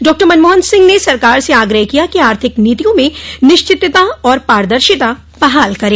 doctor Manmohan Singh ने सरकार से आग्रह किया कि आर्थिक नीतियों में निश्चितता और पारदर्शिता बहाल करे